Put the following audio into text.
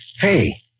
Hey